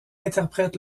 interprète